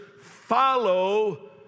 follow